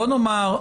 בוא נאמר,